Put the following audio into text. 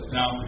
Now